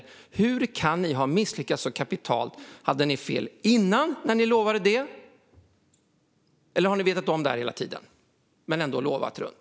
Hur kan ni ha misslyckats så kapitalt? Hade ni fel tidigare när ni lovade det? Eller har ni vetat om detta hela tiden men ändå lovat runt?